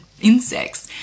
insects